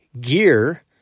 gear